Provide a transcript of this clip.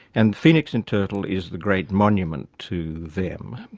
and phoenix and turtle is the great monument to them.